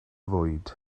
fwyd